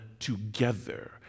Together